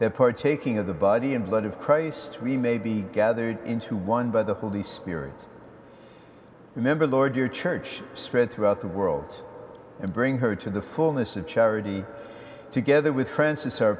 a king of the body and blood of christ we may be gathered into one by the holy spirit remember lord your church spread throughout the world and bring her to the fullness of charity together with francis or